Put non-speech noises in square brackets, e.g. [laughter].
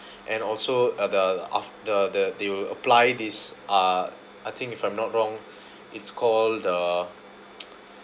and also uh the af~ the the they will apply this uh I think if I'm not wrong it's call the [noise]